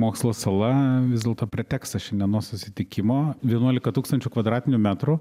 mokslo sala vis dėlto pretekstas šiandienos susitikimo vienuolika tūkstančių kvadratinių metrų